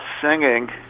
singing